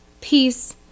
peace